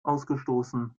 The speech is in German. ausgestoßen